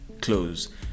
close